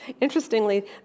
Interestingly